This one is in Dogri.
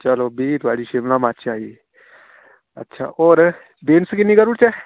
चलो बीह् थुआढ़ी शिमला मर्च आई गेई अच्छा होर बीन्स किन्नी करी ओड़चै